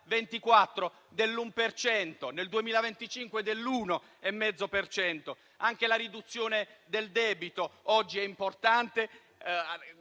nel 2025 dell'1,5 per cento. Anche la riduzione del debito oggi è importante